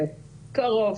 כן, קרוב.